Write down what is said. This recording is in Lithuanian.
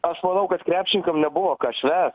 aš manau kad krepšininkam nebuvo ką švęst